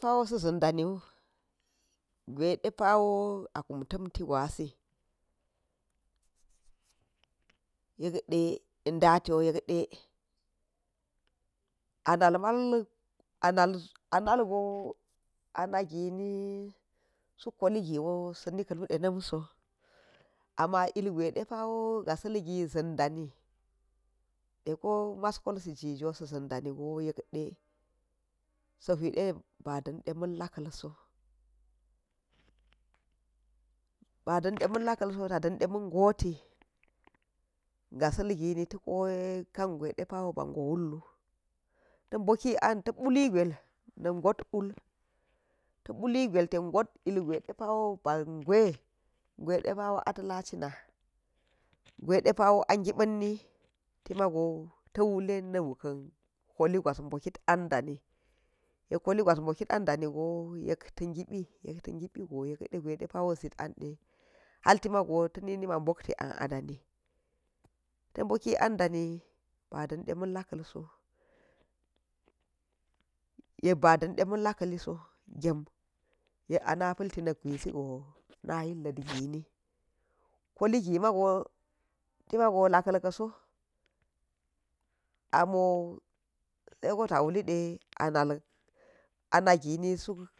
Pawai sa̱za̱n ɗani wu, gwaiɗe pawo a kum tamti gwasi, yekɗe ɗatiwo yelede ana̱lma̱l analwo analgo anagini suk kotogiwo sa̱ni kalu ɗanamso, amma ilgwai ɗepa̱wo gasa̱l gi zan ɗani ɗeko mas kolsi jijo sa̱ zan ɗani ɗeko mas kolsijijo sa̱ zan ɗani go yekde s huiɗe ba̱ ɗanɗe ma̱n laḵalso, ba̱ dantema̱n lakalso ta̱ ɗanɗe man goti gasa̱lgini ta koye kangwai ba̱ go wullu, ta̱ boki an ta̱ pullu gwai na̱ got wul, ta puli gwailten got ilgwai depa̱wo be gw, gwaiɗe pa̱wo a tala cina, gwaɗe pawo a gibba̱nni, timago ta wulte nukanni koli gwas bokit an dani, yek koli gwas bokit an ɗani wugo, yekta gibi, yekta̱ gibigo yekɗegwai ɗepa̱wa̱ zit an ɗe hartimago ta̱nina̱ bokti an dani, ta boki an ɗani ba̱ danɗe ma̱n laḵa̱lso, yekba̱ ɗanɗe ma̱n lakalso gem yek ana pa̱lti nakgwaisigo ra’ayi lat gini, koligi ma̱go tima̱go la̱ka̱l ka̱so, amo saiko ta̱ kluliɗe ana̱l anagini